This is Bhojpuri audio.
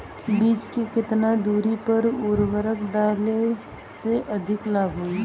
बीज के केतना दूरी पर उर्वरक डाले से अधिक लाभ होला?